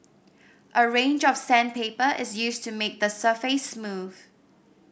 a range of sandpaper is used to make the surface smooth